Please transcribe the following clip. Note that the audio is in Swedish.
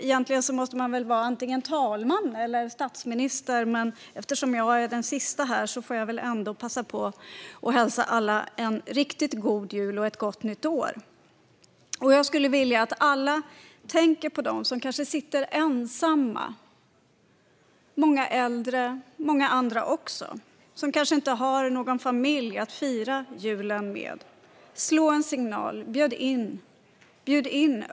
Egentligen måste man väl vara talman eller statsminister för att göra det, men eftersom jag är den sista här får jag ändå passa på att önska alla en riktigt god jul och ett gott nytt år. Jag skulle vilja att alla tänker på dem som kanske sitter ensamma, många äldre och även andra, och som kanske inte har någon familj att fira jul med. Slå en signal! Bjud in!